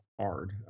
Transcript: hard